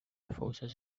forces